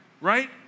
right